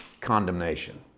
condemnation